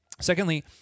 Secondly